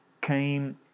came